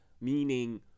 meaning